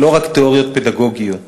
ולא רק תיאוריות פדגוגיות.